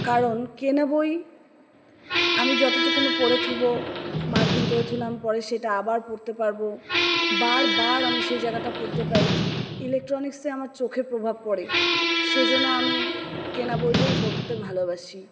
কারণ কেনা বই আমি যতটুকুনু পড়ে থুব মার্কিং করে থুবো পরে সেটা আবার পড়তে পারবো বারবারার আমি সেই জায়গাটা পড়তে পাই ইলেকট্রনিক্সে আমার চোখে প্রভাব পড়ে সে জন্য আমি কেনা বইটাই পড়তে ভালোবাসি